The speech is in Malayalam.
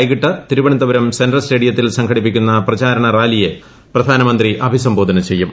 വൈകിട്ട് തിരുവനന്തപുരം സെൻട്രൽ സ്റ്റേഡിയത്തിൽ സംഘടിപ്പിക്കുന്ന പ്രചരണ റാലിയെ പ്രധാനമന്ത്രി അഭിസംബോധന ചെയ്യും